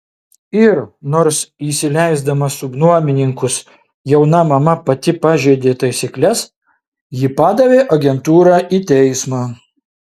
ir nors įsileisdama subnuomininkus jauna mama pati pažeidė taisykles ji padavė agentūrą į teismą